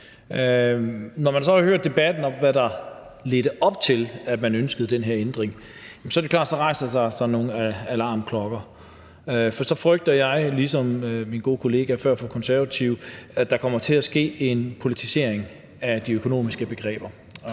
Når vi så har hørt debatten om, hvad der ledte op til, at man ønskede den her ændring, er det klart, at der ringer nogle alarmklokker. For så frygter jeg, ligesom min gode kollega fra Konservative gjorde før, at der kommer til at ske en politisering af de økonomiske begreber,